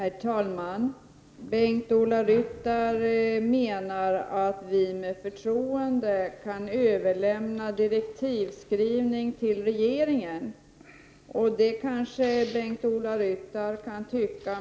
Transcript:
Herr talman! Bengt-Ola Ryttar menar att vi med förtroende kan överlåta direktivskrivning till regeringen. Det kanske Bengt-Ola Ryttar kan tycka.